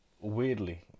weirdly